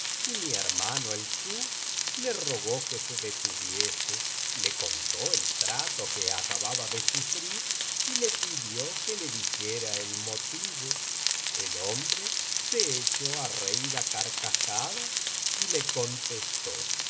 y mi hermano el kuz le rogó que se detuviese le contó el trato que acababa de sufrir y le pidió que le dijera el motivo el hombre se echó á reír á carcajadas y le contesto sabe hermano que